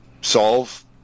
solve